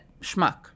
schmuck